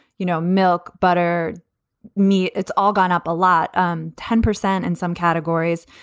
you know, milk, butter me, it's all gone up a lot, um ten percent in some categories.